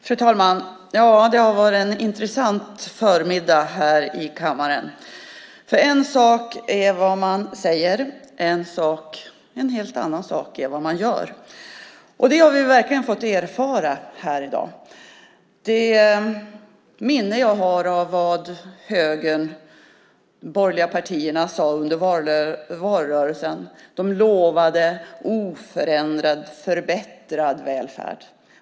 Fru talman! Det har varit en intressant förmiddag här i kammaren. En sak är nämligen vad man säger. En helt annan sak är vad man gör. Det har vi verkligen fått erfara i dag. Jag har ett minne av vad högern, de borgerliga partierna, sade under valrörelsen. De lovade oförändrad och förbättrad välfärd.